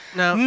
no